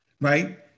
right